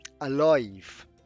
alive